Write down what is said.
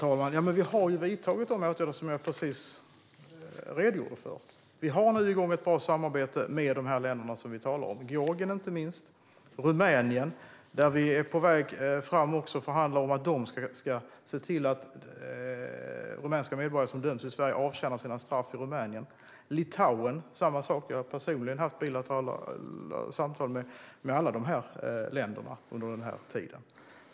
Herr talman! Vi har ju vidtagit de åtgärder som jag precis redogjorde för. Vi har nu satt igång ett bra samarbete med de länder vi talar om. Det gäller inte minst Georgien. Med Rumänien håller vi just nu på att förhandla fram att de ska se till att rumänska medborgare som döms i Sverige får avtjäna sina straff i Rumänien. Samma sak gäller för Litauen. Jag har personligen haft bilaterala samtal med alla dessa länder under den här tiden.